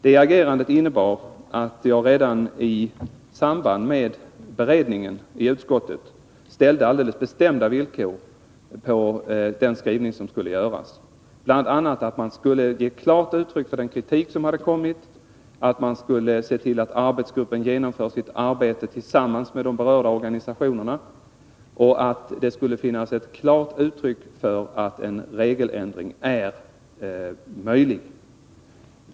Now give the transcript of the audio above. Det agerandet innebar att jag redan i samband med beredningen i utskottet ställde alldeles bestämda villkor för den skrivning som skulle göras, bl.a. att man skulle ge ett klart uttryck för den kritik som har framförts och att man skulle se till att arbetsgruppen genomför sitt arbete tillsammans med de berörda organisationerna samt att det skulle finnas ett klart uttryck för att en regeländring är möjlig.